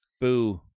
Boo